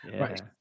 Right